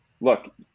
look